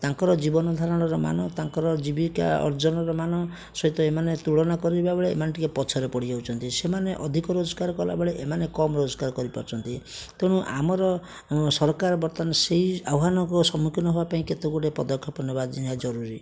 ତାଙ୍କର ଜୀବନ ଧାରଣର ମାନ ତାଙ୍କର ଜୀବିକା ଅର୍ଜନର ମାନ ସହିତ ଏମାନେ ତୁଳନା କରିବା ବେଳେ ଏମାନେ ଟିକେ ପଛରେ ପଡ଼ି ଯାଉଛନ୍ତି ସେମାନେ ଅଧିକ ରୋଜଗାର କଲାବେଳେ ଏମାନେ କମ ରୋଜଗାର କରି ପାରୁଛନ୍ତି ତେଣୁ ଆମର ସରକାର ବର୍ତ୍ତମାନ ସେଇ ଆହ୍ଵାନକୁ ସମ୍ମୁଖୀନ ହେବା ପାଇଁ କେତେ ଗୁଡ଼ିଏ ପଦକ୍ଷେପ ନେବା ନିହାତି ଜରୁରୀ